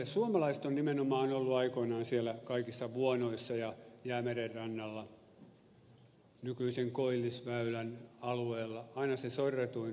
suomalaiset ovat nimenomaan olleet aikoinaan siellä kaikissa vuonoissa ja jäämeren rannalla nykyisen koillisväylän alueella aina se sorretuin saamelaisten ohella